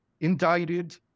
indicted